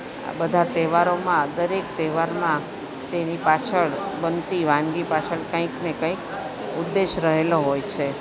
આ બધા તહેવારોમાં દરેક તહેવારમાં તેની પાછળ બનતી વાનગી પાછળ કાંઈકને કાંઈક ઉદ્દેશ રહેલો હોય છે